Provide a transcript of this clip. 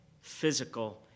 physical